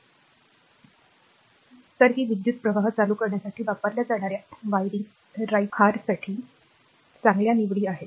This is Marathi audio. v तर ते विद्युतप्रवाह चालू करण्यासाठी वापरल्या जाणार्या वायरिंग राइट आरसाठी चांगल्या निवडी आहेत